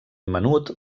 menut